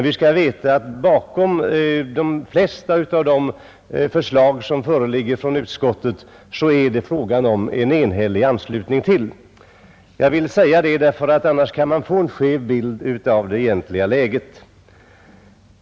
Vi skall veta att i fråga om de flesta av de förslag som föreligger från utskottet är det en enhällig anslutning; jag vill säga det, ty annars kan man få en skev bild av det egentliga läget.